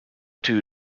two